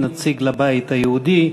אין נציג לבית היהודי.